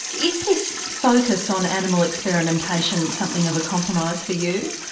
is this focus on animal experimentation something of a compromise for you?